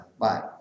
Bye